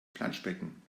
planschbecken